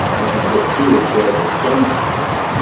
which is that if two observers don't agree,